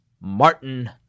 Martin